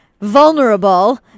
Vulnerable